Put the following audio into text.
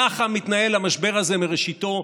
ככה מתנהל המשבר הזה מראשיתו,